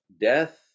death